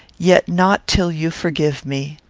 yet not till you forgive me.